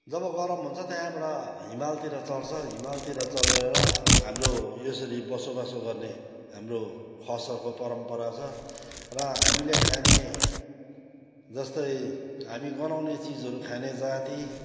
जब गरम हुन्छ त्यहाँबाट हिमालतिर चढ्छ हिमालतिर चढेर हाम्रो यसरी बसोबासो गर्ने हाम्रो खसहरूको परम्परा छ र हामीले खाने जस्तै हामी गन्हाउने चिजहरू खाने जाति